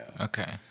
okay